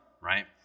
Right